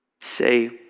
say